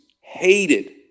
hated